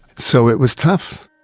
so it was tough.